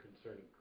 concerning